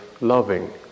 loving